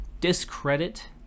Discredit